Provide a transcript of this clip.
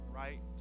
right